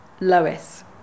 Lois